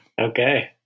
Okay